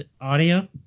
audio